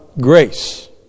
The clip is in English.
grace